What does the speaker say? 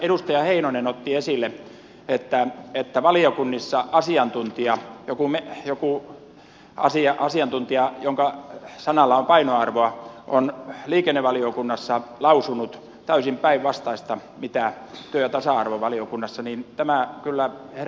edustaja heinonen otti esille että valiokunnissa joku asiantuntija jonka sanalla on painoarvoa on liikennevaliokunnassa lausunut täysin päinvastaista kuin mitä työ ja tasa arvovaliokunnassa ja tämä kyllä herättää kysymyksiä